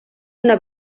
una